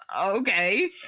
okay